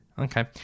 Okay